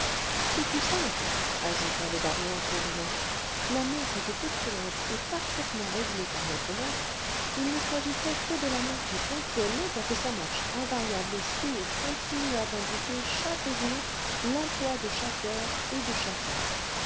c'est tout simple ajouta le baron en souriant la montre était excellente et parfaitement réglée par notre maître il ne s'agissait que de la monter ponctuellement pour que sa marche invariable et sûre continuât d'indiquer chaque jour l'emploi de chaque heure et de chacun